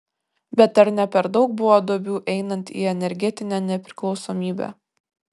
bet ar ne per daug buvo duobių einant į energetinę nepriklausomybę